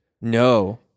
No